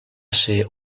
ser